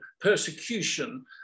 persecution